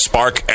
Spark